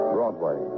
Broadway